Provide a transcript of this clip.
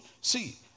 see